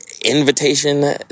invitation